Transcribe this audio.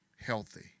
healthy